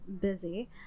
busy